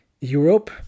Europe